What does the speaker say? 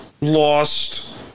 lost